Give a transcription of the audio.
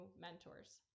mentors